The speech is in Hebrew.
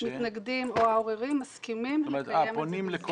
בתנאי שהמתנגדים או העוררים מסכימים לקיים את זה ב"זום".